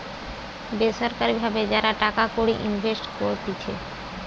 বেসরকারি ভাবে যারা টাকা কড়ি ইনভেস্ট করতিছে